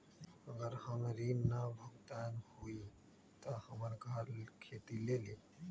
अगर हमर ऋण न भुगतान हुई त हमर घर खेती लेली?